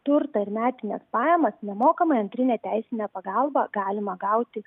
turtą ir metines pajamas nemokamai antrinę teisinę pagalbą galima gauti